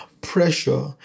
pressure